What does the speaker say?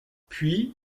puis